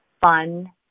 fun